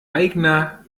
aigner